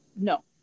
no